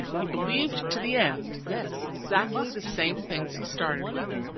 he believed to the end exactly the same things he started with.